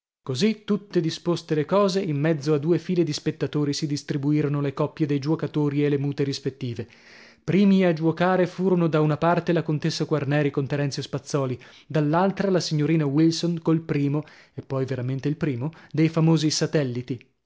così tutte disposte le cose in mezzo a due file di spettatori si distribuirono le coppie dei giuocatori e le mute rispettive primi a giuocare furono da una parte la contessa quarneri con terenzio spazzòli dall'altra la signorina wilson col primo è poi veramente il primo dei famosi satelliti